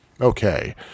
Okay